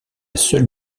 seule